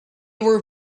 were